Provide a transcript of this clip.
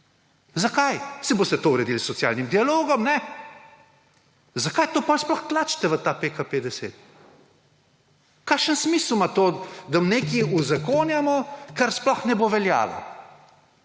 Zakaj? Saj boste to uredili s socialnim dialogom, ne? Zakaj to potem sploh tlačite v ta PKP10? Kakšen smisel ima to, da nekaj uzakonjamo, kar sploh ne bo veljalo,